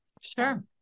Sure